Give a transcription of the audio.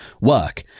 work